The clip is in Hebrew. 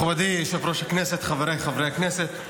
מכובדי היושב-ראש, חבריי חברי הכנסת,